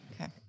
okay